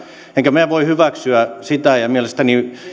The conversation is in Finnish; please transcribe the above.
enkä minä voi hyväksyä sitä mielestäni